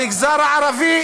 למגזר הערבי